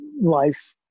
life